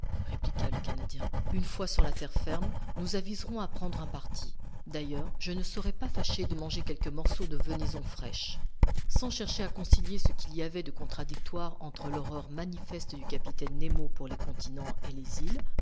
répliqua le canadien une fois sur la terre ferme nous aviserons à prendre un parti d'ailleurs je ne serai pas fâché de manger quelques morceaux de venaison fraîche sans chercher à concilier ce qu'il y avait de contradictoire entre l'horreur manifeste du capitaine nemo pour les continents et les îles